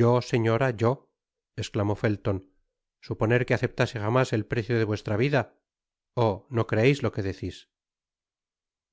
yo señora yo esclamó fellon suponer que aceptase jamás eí precio de vuestra vida oh no creeis lo que decis